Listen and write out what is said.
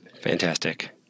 Fantastic